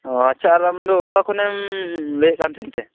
ᱚᱻ ᱟᱪᱪᱷᱟ ᱟᱨ ᱟᱢᱫᱚ ᱟᱠᱟ ᱠᱷᱚᱱᱮᱢ ᱞᱟ ᱭᱮᱫ ᱠᱟᱱ ᱛᱟᱦᱮᱱᱛᱮ